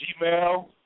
gmail